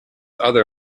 other